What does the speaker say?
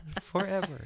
Forever